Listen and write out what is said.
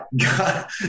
God